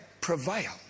prevail